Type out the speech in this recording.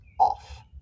off